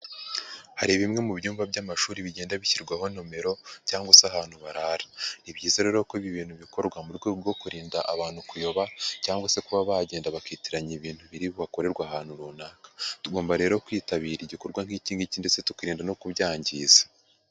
Hari bimwe mu byumba by'amashuri bigenda bishyirwaho nomero cyangwa se ahantu barara. Ni byiza rero ko ibi bintu bikorwa mu rwego rwo kurinda abantu kuyoba cyangwa se kuba bagenda bakitiranya ibintu biri bukorerwe ahantu runaka. Tugomba rero kwitabira igikorwa nk'iki ngiki ndetse tukirinda no kubyangiza.